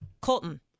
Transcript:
Colton